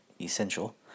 essential